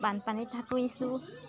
বানপানীত সাঁতুৰিছোঁ